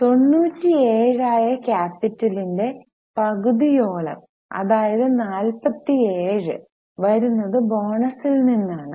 97 ആയ ക്യാപിറ്റലിന്റെ പകുതിയോളം അതായത് 47 വരുന്നത് ബോണസ്സില് നിന്ന് ആണ്